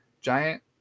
giant